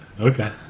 Okay